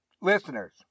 Listeners